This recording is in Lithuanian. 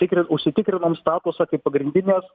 tikri užsitikrinam statusą kaip pagrindinės